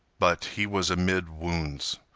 but he was amid wounds.